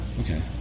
Okay